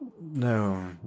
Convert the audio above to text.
no